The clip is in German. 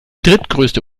drittgrößte